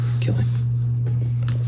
killing